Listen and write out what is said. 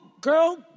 girl